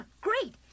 great